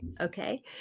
okay